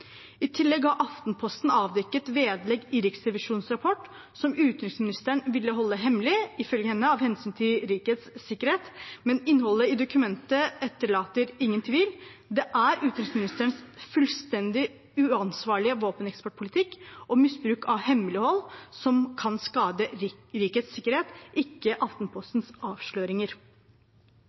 I tillegg har Aftenposten avdekket vedlegg i Riksrevisjonens rapport som utenriksministeren ville holde hemmelig, ifølge henne av hensyn til rikets sikkerhet. Men innholdet i dokumentet etterlater ingen tvil: Det er utenriksministerens fullstendig uansvarlige våpeneksportpolitikk og misbruk av hemmelighold som kan skade rikets sikkerhet, ikke Aftenpostens avsløringer.